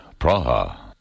Praha